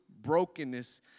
brokenness